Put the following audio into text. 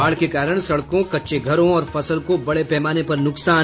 बाढ़ के कारण सड़कों कच्चे घरों और फसल को बड़े पैमाने पर नुकसान